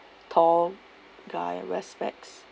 tall guy wears specs